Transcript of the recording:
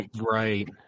Right